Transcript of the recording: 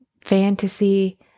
fantasy